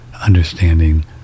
understanding